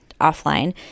offline